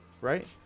right